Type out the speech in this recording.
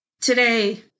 today